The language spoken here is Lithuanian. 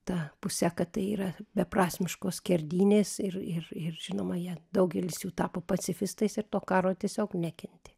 ta puse kad tai yra beprasmiškos skerdynės ir ir ir žinoma jie daugelis jų tapo pacifistais ir to karo tiesiog nekentė